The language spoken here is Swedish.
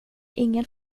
ingen